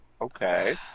Okay